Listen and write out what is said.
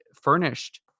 furnished